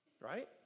Right